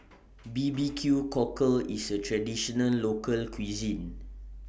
B B Q Cockle IS A Traditional Local Cuisine